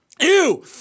Ew